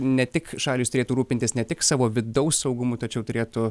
ne tik šalys turėtų rūpintis ne tik savo vidaus saugumu tačiau turėtų